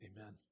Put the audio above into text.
Amen